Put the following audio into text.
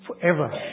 forever